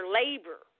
labor